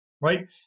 right